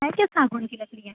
है क्या सागौन की लकड़ियाँ